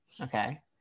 Okay